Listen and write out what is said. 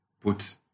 put